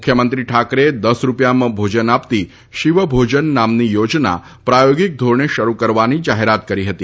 મુખ્યમંત્રી ઠાકરેએ દસ રૂપિયામાં ભોજન આપતી શિવભોજન નામની યોજના પ્રાયોગિક ધોરણે શરૂ કરવાની જાહેરાત કરી હતી